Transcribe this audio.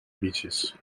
beeches